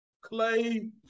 Clay